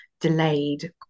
delayed